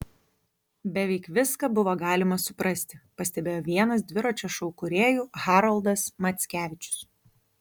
beveik viską buvo galima suprasti pastebėjo vienas dviračio šou kūrėjų haroldas mackevičius